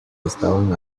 estaban